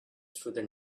through